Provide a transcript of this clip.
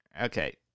Okay